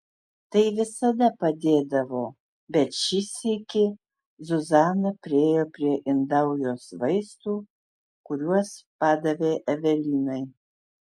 tai visada padėdavo bet šį sykį zuzana priėjo prie indaujos vaistų kuriuos padavė evelinai